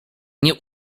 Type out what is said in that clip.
nie